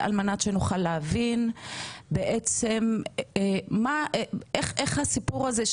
על מנת שנוכל להבין בעצם איך הסיפור הזה,